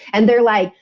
and they're like,